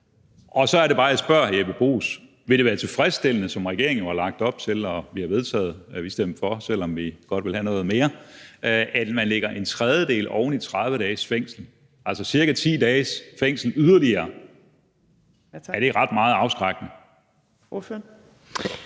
Så er det bare, jeg spørger hr. Jeppe Bruus: Vil det være tilfredsstillende, som regeringen har lagt op til, og som er blevet vedtaget – vi stemte for, selv om vi godt ville have haft noget mere – at man lægger en tredjedel oveni 30 dages fængsel, altså ca. 10 dages fængsel yderligere? Er det ret meget afskrækkende?